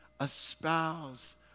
espouse